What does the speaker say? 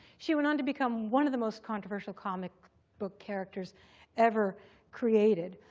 she went on to become one of the most controversial comic book characters ever created.